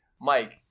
Mike